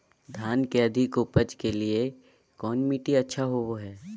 धान के अधिक उपज के लिऐ कौन मट्टी अच्छा होबो है?